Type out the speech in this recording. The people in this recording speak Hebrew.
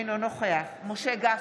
אינו נוכח משה גפני,